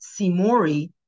Simori